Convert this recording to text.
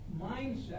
mindset